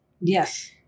Yes